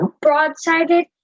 broad-sided